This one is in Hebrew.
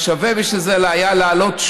בשביל זה היה צריך לעלות.